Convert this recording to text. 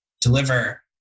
deliver